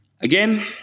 Again